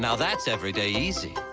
um that's everyday easy.